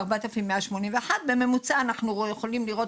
4,181. בממוצע אנחנו יכולים לראות